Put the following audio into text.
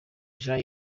jean